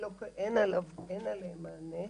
שאין עליהם מענה,